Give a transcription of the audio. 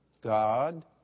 God